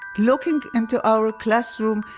looking into our classroom,